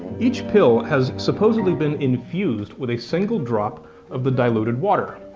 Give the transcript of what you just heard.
each pill has supposedly been infused with a single drop of the diluted water.